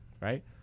Right